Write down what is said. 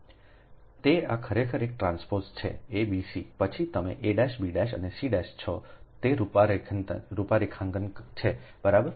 તો આ ખરેખર એક ટ્રાન્સપોઝ છે a b c પછી તમે a b' અને c છો તે રૂપરેખાંકન છે બરાબર